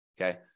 Okay